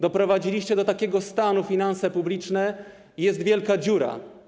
Doprowadziliście do takiego stanu finanse publiczne, jest wielka dziura.